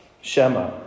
Shema